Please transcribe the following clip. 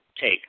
take